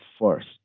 first